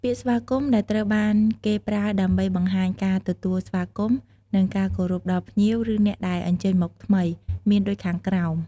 ពាក្យស្វាគមន៍ ដែលត្រូវបានគេប្រើដើម្បីបង្ហាញការទទួលស្វាគមន៍ និងការគោរពដល់ភ្ញៀវ ឬអ្នកដែលអញ្ជើញមកថ្មី មានដូចខាងក្រោម។